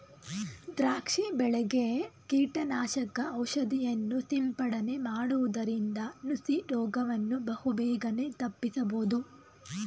ದ್ರಾಕ್ಷಿ ಬೆಳೆಗೆ ಕೀಟನಾಶಕ ಔಷಧಿಯನ್ನು ಸಿಂಪಡನೆ ಮಾಡುವುದರಿಂದ ನುಸಿ ರೋಗವನ್ನು ಬಹುಬೇಗನೆ ತಪ್ಪಿಸಬೋದು